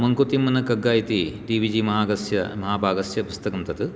मङ्कुतिमनकग्गा इति टि वि जि मागस्य महाबागस्य पुस्तकं तत्